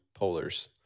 Polars